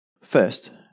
first